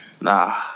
Nah